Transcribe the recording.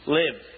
live